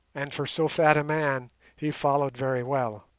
and for so fat a man he followed very well.